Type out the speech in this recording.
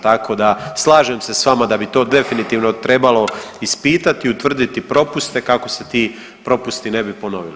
Tako da, slažem se s vama da bi to definitivno trebalo ispitati, utvrditi propuste kako se ti propusti ne bi ponovili.